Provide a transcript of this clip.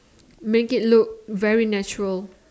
make it look very natural